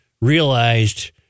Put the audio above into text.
realized